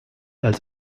als